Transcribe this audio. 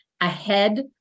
ahead